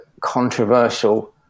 controversial